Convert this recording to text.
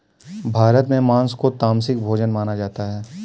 भारत में माँस को तामसिक भोजन माना जाता है